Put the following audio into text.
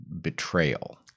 betrayal